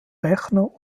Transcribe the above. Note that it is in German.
rechner